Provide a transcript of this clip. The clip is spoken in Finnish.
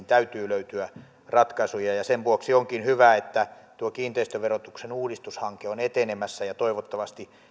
täytyy löytyä ratkaisuja ja sen vuoksi onkin hyvä että tuo kiinteistöverotuksen uudistushanke on etenemässä ja toivottavasti